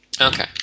Okay